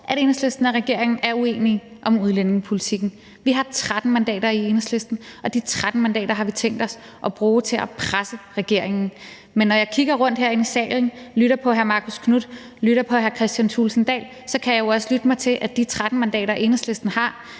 at Enhedslisten og regeringen er uenige om udlændingepolitikken. Vi har 13 mandater i Enhedslisten, og de 13 mandater har vi tænkt os at bruge til at presse regeringen, men når jeg kigger rundt herinde i salen, lytter på hr. Marcus Knuth, lytter på hr. Kristian Thulesen Dahl, så kan jeg også lytte mig til, at de 13 mandater, Enhedslisten har,